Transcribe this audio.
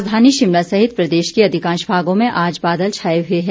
राजधानी शिमला सहित प्रदेश के अधिकांश भागों में आज बादल छाये हुए हैं